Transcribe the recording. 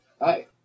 Hi